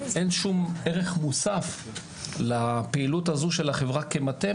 אין שום ערך נוסף לפעילות הזו של החברה כמטה,